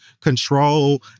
control